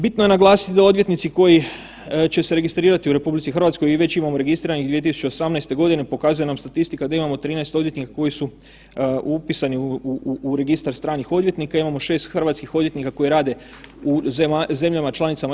Bitno je naglasiti da odvjetnici koji će se registrirati u RH i već imamo registriranih 2018. godine pokazuje nam statistika da imamo 13 odvjetnika koji su upisani u registar stranih odvjetnika, imamo 6 hrvatskih odvjetnika koji rade u zemljama članicama EU.